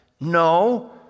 no